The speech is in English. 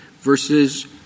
versus